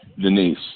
Denise